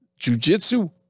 Jujitsu